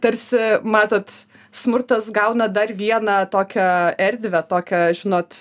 tarsi matot smurtas gauna dar vieną tokią erdvę tokią žinot